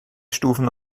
stufen